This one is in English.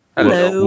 Hello